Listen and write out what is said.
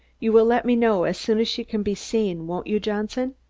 you will let me know as soon as she can be seen, won't you, johnson?